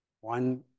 one